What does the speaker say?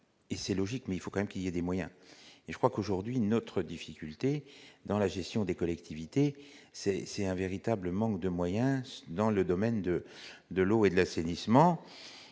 et c'est logique, mais il faut quand même qu'il y a des moyens et je crois qu'aujourd'hui notre difficulté dans la gestion des collectivités, c'est, c'est un véritable manque de moyens dans le domaine de de l'eau et l'assainissement